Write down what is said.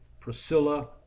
Priscilla